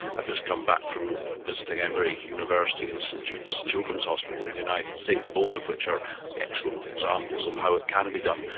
i've just come back from visiting emory university and st jude's children's hospital in the united states, both of which are excellent examples of how it can be done.